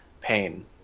pain